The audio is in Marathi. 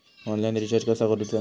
ऑनलाइन रिचार्ज कसा करूचा?